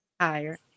higher